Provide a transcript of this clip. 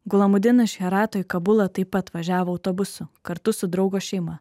gulamudin iš herato į kabulą taip pat važiavo autobusu kartu su draugo šeima